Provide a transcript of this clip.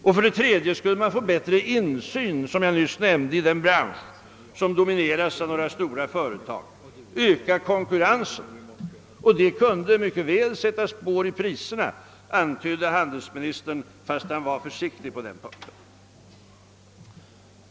Och för det tredje skulle man få bättre insyn i en bransch som domineras av några stora företag, öka konkurrensen. Det kunde också mycket väl sätta spår i priserna antydde handelsministern, fastän han var försiktig på den punkten.